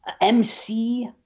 MC